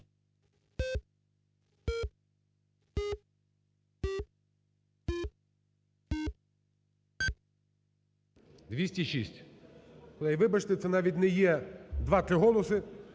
За-206 Вибачте, це навіть не є 2-3 голоси.